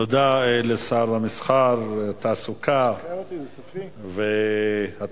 תודה לשר המסחר, התעסוקה והתעשייה.